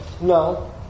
No